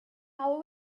how